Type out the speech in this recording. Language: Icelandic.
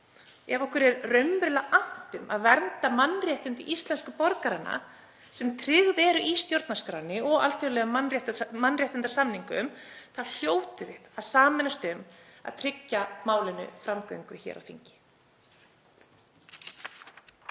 Ef okkur er raunverulega annt um að vernda mannréttindi íslenskra borgara sem tryggð eru í stjórnarskránni og alþjóðlegum mannréttindasamningum hljótum við að sameinast um að tryggja málinu framgöngu hér á þingi.